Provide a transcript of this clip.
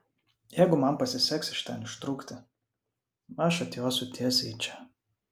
jeigu man pasiseks iš ten ištrūkti aš atjosiu tiesiai į čia